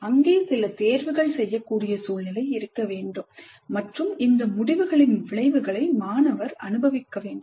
அங்கே சில தேர்வுகள் செய்யக்கூடிய சூழ்நிலை இருக்க வேண்டும் மற்றும் இந்த முடிவுகளின் விளைவுகளை மாணவர் அனுபவிக்க வேண்டும்